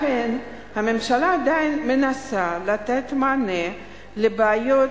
לכן הממשלה עדיין מנסה לתת מענה לבעיות